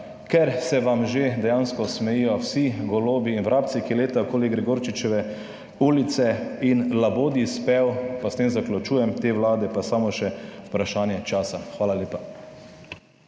ker se vam že dejansko smejijo vsi golobi in vrabci, ki letajo okoli Gregorčičeve ulice in labodji spev, pa s tem zaključujem te Vlade, pa samo še vprašanje časa. Hvala lepa.